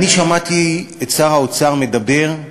שמעתי את שר האוצר מדבר,